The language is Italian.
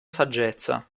saggezza